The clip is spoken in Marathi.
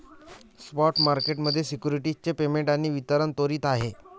स्पॉट मार्केट मध्ये सिक्युरिटीज चे पेमेंट आणि वितरण त्वरित आहे